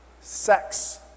sex